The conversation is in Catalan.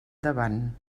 davant